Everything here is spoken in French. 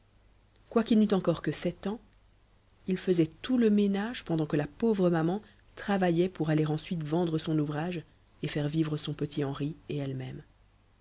quoiqu'il n'eût encore que sept ans il faisait tout le ménage pendant que la pauvre maman travaillait pour aller ensuite vendre son ouvrage et faire vivre son petit henri et elle-même